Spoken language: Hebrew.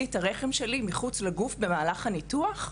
את הרחם שלי מחוץ לגוף במהלך הניתוח?